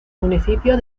municipio